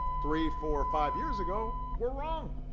three, four, five years ago were wrong.